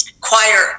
choir